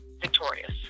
victorious